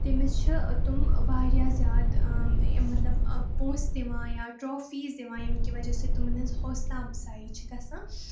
تٔمِس چھِ تِم واریاہ زیادٕ مطلب پۅنٛسہٕ دِوان یا ٹرٛافیٖز دِوان ییٚمہِ کہِ وجہ سۭتۍ تِمَن ہٕنٛز حوصلہٕ اَفزایی چھِ گژھان